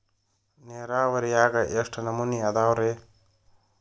ನೇರಾವರಿಯಾಗ ಎಷ್ಟ ನಮೂನಿ ಅದಾವ್ರೇ?